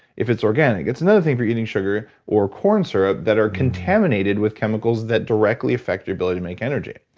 if it's organic. it's another thing if you're eating sugar or corn syrup that are contaminated with chemicals that directly affect your ability to make energy.